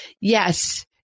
yes